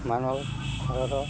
মানুহৰ ঘৰতো